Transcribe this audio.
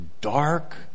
dark